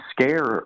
scare